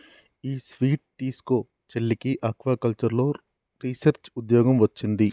ఈ స్వీట్ తీస్కో, చెల్లికి ఆక్వాకల్చర్లో రీసెర్చ్ ఉద్యోగం వొచ్చింది